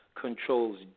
controls